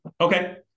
okay